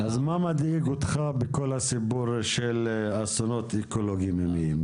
--- אז מה מדאיג אותך בכל הנושא של אסונות אקולוגיים ימיים?